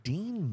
Dean